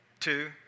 Two